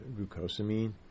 glucosamine